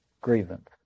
grievance